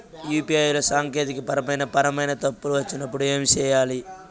UPI లో సాంకేతికపరమైన పరమైన తప్పులు వచ్చినప్పుడు ఏమి సేయాలి